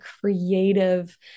creative